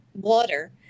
water